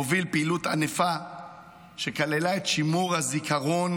והוביל פעילות ענפה שכללה את שימור הזיכרון